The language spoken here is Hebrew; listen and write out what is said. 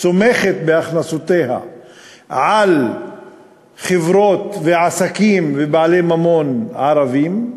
סומכת בהכנסותיה על חברות ועסקים ובעלי ממון ערבים,